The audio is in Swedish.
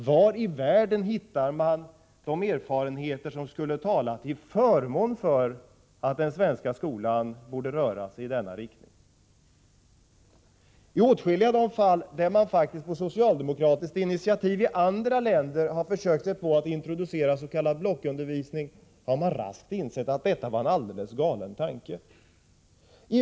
Var i världen hittar man de erfarenheter som skulle tala till förmån för att den svenska skolan borde röra sig i denna riktning? I åtskilliga av de fall där man på socialdemokratiskt initiativ i andra länder har försökt sig på att introducera s.k. blockundervisning har man raskt insett att detta är en alldeles galen tanke.